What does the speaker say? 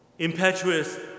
Impetuous